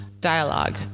dialogue